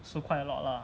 so quite a lot lah